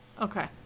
okay